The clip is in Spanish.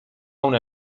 una